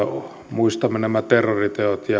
muistamme nämä terroriteot ja monet